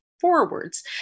forwards